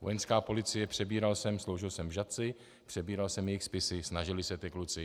Vojenská policie přebíral jsem, sloužil jsem v Žatci, přebíral jsem jejich spisy, snažili se ti kluci.